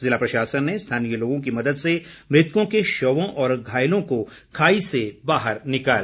जिला प्रशासन ने स्थानीय लोगों की मदद से मृतकों के शवों और घायलों को खाई से बाहर निकाला